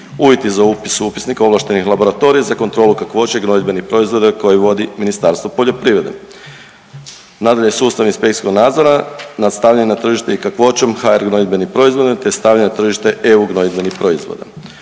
Uvjeti za upis u Upisnik ovlaštenih laboratorija za kontrolu kakvoće gnojidbenih proizvoda koje vodi Ministarstvo poljoprivrede. Nadalje, sustav inspekcijskog nadzora nad stavljanje na tržište i kakvoćom HR gnojidbenih proizvoda te stavljanje na tržište EU gnojidbenih proizvoda.